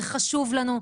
זה חשוב לנו,